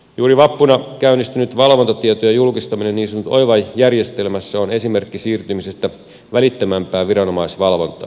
juuri vappuna käynnistynyt valvontatietojen julkistaminen niin sanotussa oiva järjestelmässä on esimerkki siirtymisestä välittömämpään viranomaisvalvontaan